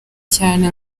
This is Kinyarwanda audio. cyane